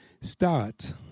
start